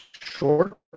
short